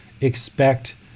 expect